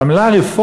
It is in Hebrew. אבל המילה "רפורמה"